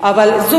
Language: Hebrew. מאות אנשים.